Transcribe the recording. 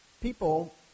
people